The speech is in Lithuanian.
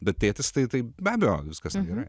bet tėtis tai taip be abejo viskas gerai